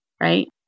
right